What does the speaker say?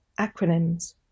Acronyms